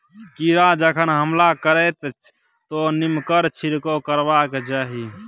कीड़ा जखन हमला करतै तँ नीमकेर छिड़काव करबाक चाही